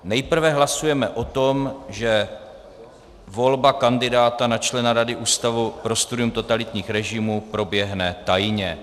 Nejprve hlasujeme o tom, že volba kandidáta na člena Rady Ústavu pro studium totalitních režimů proběhne tajně.